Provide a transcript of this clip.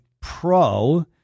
Pro